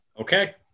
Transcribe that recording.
Okay